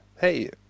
hey